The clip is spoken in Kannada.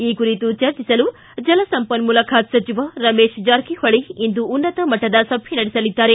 ಈ ಕುರಿತು ಚರ್ಚಿಸಲು ಜಲಸಂಪನ್ಮೂಲ ಖಾತೆ ಸಜಿವ ರಮೇಶ್ ಜಾರಕಿಹೊಳಿ ಇಂದು ಉನ್ನತ ಮಟ್ಟದ ಸಭೆ ನಡೆಸಲಿದ್ದಾರೆ